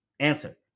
Answer